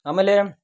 ಆಮೇಲೆ